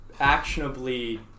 actionably –